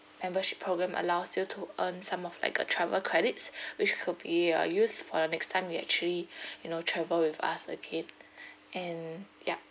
membership program allows you to earn some of like uh travel credits which could be uh used for the next time you actually you know travel with us again and yup